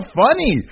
funny